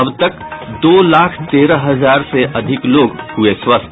अब तक दो लाख तेरह हजार से अधिक लोग हुये स्वस्थ